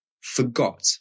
forgot